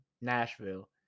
nashville